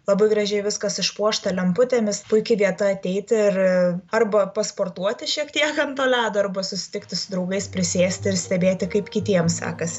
labai gražiai viskas išpuošta lemputėmis puiki vieta ateiti ir arba pasportuoti šiek tiek ant to ledo arba susitikti su draugais prisėsti ir stebėti kaip kitiems sekasi